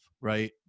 right